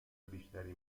بیشتری